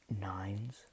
nines